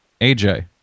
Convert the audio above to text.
AJ